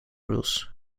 rules